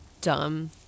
dumb